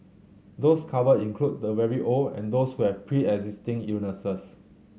those covered include the very old and those who have preexisting illnesses